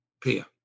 Pia